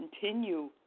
continue